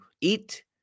eat